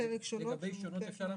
לגבי שונות אפשר להמשיך.